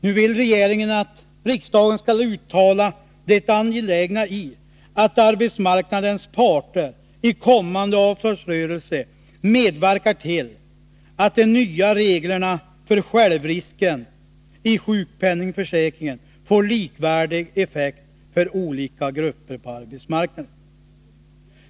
Nu vill regeringen att riksdagen skall uttala det angelägna i att arbetsmarknadens parter i kommande avtalsrörelse medverkar till att de nya reglerna för självrisk i sjukpenningförsäkringen får likvärdig effekt för olika grupper på arbetsmarknaden.